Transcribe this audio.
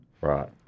Right